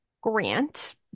Grant